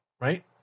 Right